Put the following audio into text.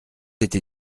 été